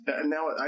Now